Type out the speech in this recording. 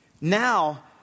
Now